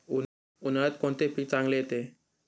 उन्हाळ्यात कोणते पीक चांगले येते?